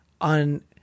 on